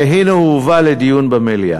והנה הוא הובא לדיון במליאה.